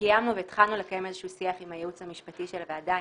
קיימנו והתחלנו לקיים שיח עם הייעוץ המשפטי של הוועדה,